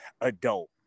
adult